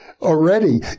already